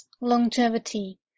longevity